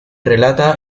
relata